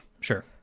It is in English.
Sure